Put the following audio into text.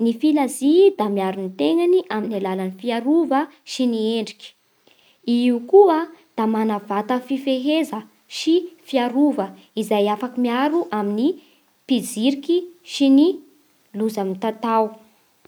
Ny filazia da miaro ny tegnany amin'ny alalan'ny fiarova sy ny endriky. I io koa da mana-bata fifeheza sy fiarova izay afaky miaro amin'ny mpijiriky sy ny loza mitatao.